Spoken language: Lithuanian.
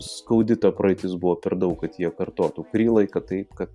skaudi ta praeitis buvo per daug kad jie kartotų kurį laiką taip kad